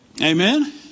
Amen